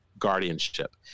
Guardianship